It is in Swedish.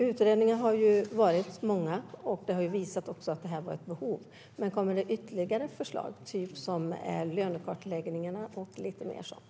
Utredningarna har varit många, och de har visat att det här har varit ett behov. Kommer det ytterligare förslag, som lönekartläggningar och lite mer sådant?